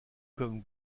comme